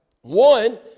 one